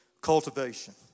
Cultivation